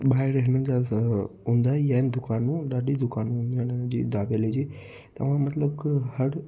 ॿाहिरि हिननि जा असां हूंदा ई आहिनि दुकानूं ॾाढी दुकानूं हूंदियूं आहिनि इन जी दाबेली जी तव्हां मतिलबु हर